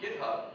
GitHub